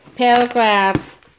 Paragraph